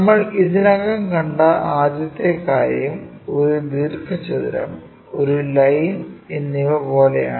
നമ്മൾ ഇതിനകം കണ്ട ആദ്യത്തെ കാര്യം ഒരു ദീർഘചതുരം ഒരു ലൈൻ എന്നിവ പോലെയാണ്